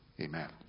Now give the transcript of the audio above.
Amen